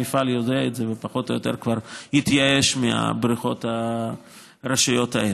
המפעל יודע את זה ופחות או יותר כבר התייאש מהבריכות הראשיות האלה.